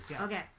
Okay